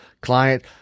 client